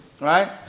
right